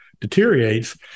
deteriorates